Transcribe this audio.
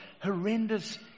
horrendous